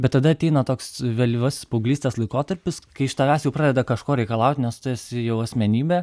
bet tada ateina toks vėlyvasis paauglystės laikotarpis kai iš tavęs jau pradeda kažko reikalauti nes tu esi jau asmenybė